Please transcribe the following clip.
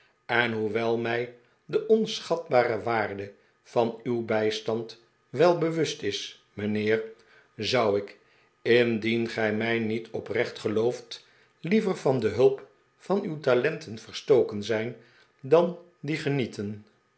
en hoewel mij de onschatbare waarde van uw bij stand wel bewust is mijnheer zou ik indien gij mij niet oprecht gelooft liever van de hulp van uw talenten verstoken zijn dan die genie